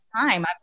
time